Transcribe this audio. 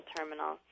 Terminal